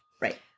Right